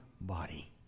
body